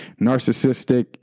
narcissistic